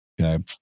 Okay